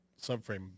subframe